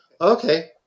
Okay